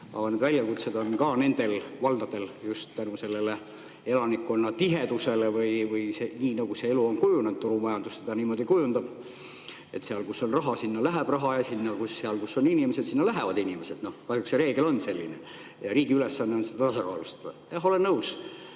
Väljakutsed on ka nendel valdadel just tänu elanikkonna tihedusele, nii nagu see elu on kujunenud. Turumajandus seda niimoodi kujundab. Seal, kus on raha, sinna läheb raha, seal, kus on inimesed, sinna lähevad inimesed. Kahjuks see reegel on selline. Riigi ülesanne on seda tasakaalustada. Jah, olen nõus,